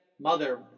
mother